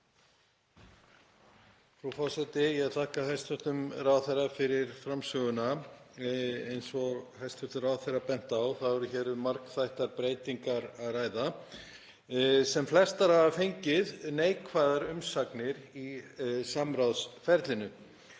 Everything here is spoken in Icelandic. Frú forseti. Ég þakka hæstv. ráðherra fyrir framsöguna. Eins og hæstv. ráðherra benti á er hér um margþættar breytingar að ræða sem flestar hafa fengið neikvæðar umsagnir í samráðsferlinu,